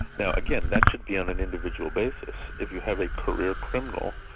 now again, that should be on an individual basis. if you have a career criminal,